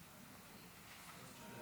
אדוני